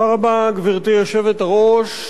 גברתי היושבת-ראש,